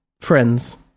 friends